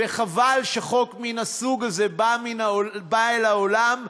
וחבל שחוק מן הסוג הזה בא אל העולם,